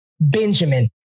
Benjamin